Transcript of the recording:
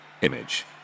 Image